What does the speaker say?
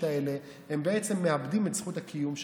האלה והם בעצם מאבדים את זכות הקיום שלהם.